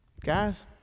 Guys